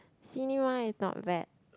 cinema is not bad